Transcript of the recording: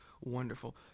Wonderful